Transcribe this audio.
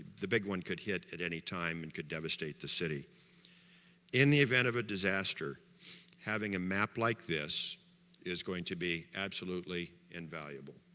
the big one could hit at any time, it and could devastate the city in the event of a disaster having a map like this is going to be absolutely invaluable